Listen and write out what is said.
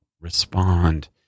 respond